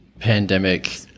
pandemic